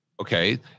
Okay